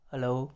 Hello